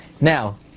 Now